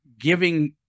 giving